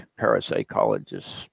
parapsychologists